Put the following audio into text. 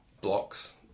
blocks